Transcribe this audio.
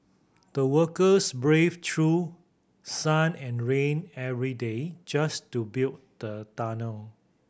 the workers braved through sun and rain every day just to build the tunnel